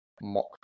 mock